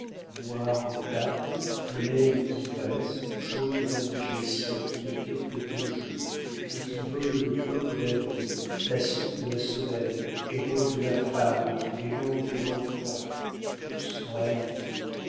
noire de tapes blême d'ivresse ou jaune d'indigestion qui ne dure que deux jours mais qui vole le pain de l'avenir la soupe de la semaine les robes de la femme les langes de l'enfant tous en haillons